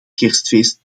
kerstfeest